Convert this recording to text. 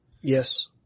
Yes